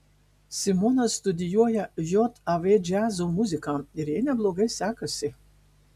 simona studijuoja jav džiazo muziką ir jai neblogai sekasi